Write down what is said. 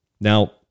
Now